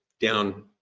down